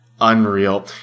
Unreal